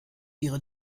ihre